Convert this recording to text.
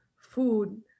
food